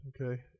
Okay